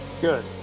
Good